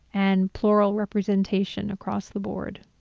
and plural representation across the board.